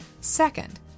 Second